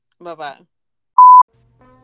Bye-bye